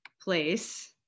place